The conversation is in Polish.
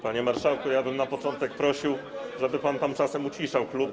Panie marszałku, ja bym na początek prosił, żeby pan czasem uciszał klub.